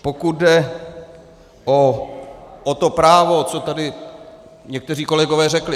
Pokud jde o to právo, co tady někteří kolegové řekli.